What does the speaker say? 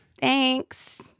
thanks